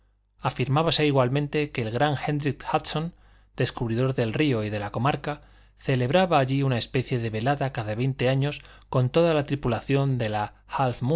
extraños afirmábase igualmente que el gran héndrick hudson descubridor del río y de la comarca celebraba allí una especie de velada cada veinte años con toda la tripulación de la